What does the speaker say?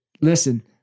listen